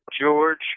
george